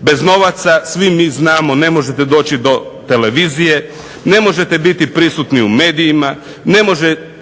Bez novaca svi mi znamo ne možete doći do televizije, ne možete biti prisutni u medijima,